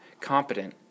Competent